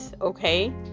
okay